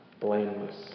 blameless